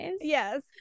Yes